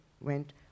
went